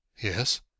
Yes